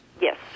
Yes